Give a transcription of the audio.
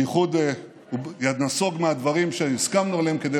בייחוד הוא נסוג מהדברים שהסכמנו עליהם כדי